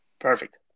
Perfect